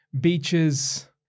beaches